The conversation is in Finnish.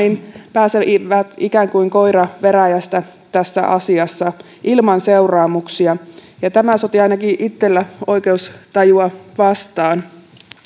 pääsevät ikään kuin koira veräjästä tässä asiassa ilman seuraamuksia tämä sotii ainakin itselläni oikeustajua vastaan